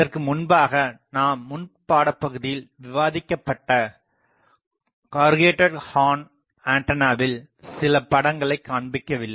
அதற்கு முன்பாக நாம் முன் பாடப்பகுதியில் விவாதிக்கப்பட்ட கருகேட்டட் ஹார்ன் ஆண்டானாவில் சில படங்களைக் காண்பிக்கவில்லை